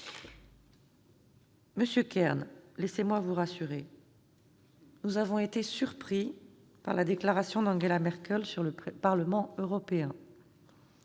Monsieur Kern, laissez-moi vous rassurer : nous avons été surpris par la déclaration d'Angela Merkel sur le Parlement européen.